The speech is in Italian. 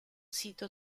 sito